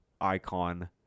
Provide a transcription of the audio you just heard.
icon